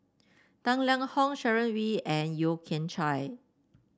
Tang Liang Hong Sharon Wee and Yeo Kian Chai